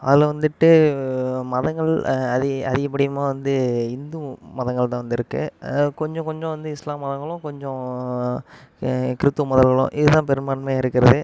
அதில் வந்துட்டு மதங்கள் அதி அதிகப்படியமா வந்து இந்து மதங்கள் தான் வந்து இருக்குது அதால் கொஞ்சம் கொஞ்சம் வந்து இஸ்லாம் மதங்களும் கொஞ்சம் கிறித்துவ மதங்களும் இதுதான் பெரும்பான்மையாக இருக்கிறதே